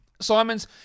Simons